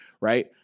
Right